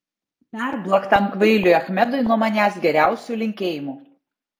perduok tam kvailiui achmedui nuo manęs geriausių linkėjimų